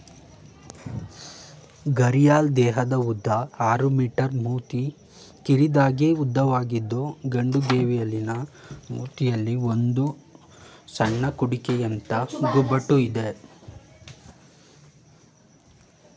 ಘರಿಯಾಲ್ ದೇಹದ ಉದ್ದ ಆರು ಮೀ ಮೂತಿ ಕಿರಿದಾಗಿ ಉದ್ದವಾಗಿದ್ದು ಗಂಡು ಗೇವಿಯಲಿನ ಮೂತಿಯಲ್ಲಿ ಒಂದು ಸಣ್ಣ ಕುಡಿಕೆಯಂಥ ಗುಬುಟು ಇದೆ